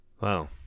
Wow